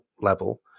level